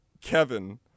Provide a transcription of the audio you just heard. Kevin